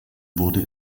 wurde